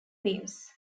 views